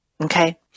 Okay